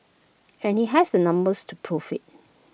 and he has the numbers to prove IT